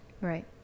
Right